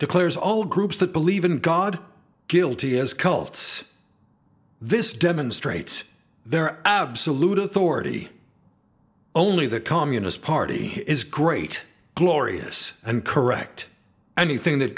declares all groups that believe in god guilty as cults this demonstrates their absolute authority only the communist party is great glorious and correct anything that